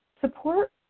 Support